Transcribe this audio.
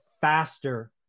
faster